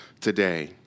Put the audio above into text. today